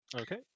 Okay